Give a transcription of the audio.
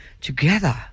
Together